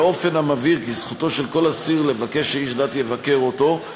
באופן המבהיר כי זכותו של כל אסיר לבקש שאיש דת יבקר אותו,